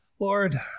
Lord